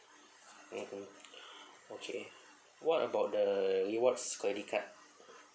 mmhmm okay what about the rewards credit card